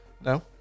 No